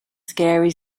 scary